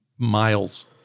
Miles